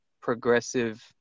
progressive